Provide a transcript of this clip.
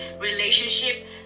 relationship